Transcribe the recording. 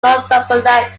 northumberland